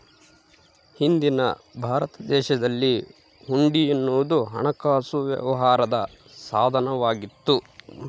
ಹಿಂದಿನ ಭಾರತ ದೇಶದಲ್ಲಿ ಹುಂಡಿ ಎನ್ನುವುದು ಹಣಕಾಸು ವ್ಯವಹಾರದ ಸಾಧನ ವಾಗಿತ್ತು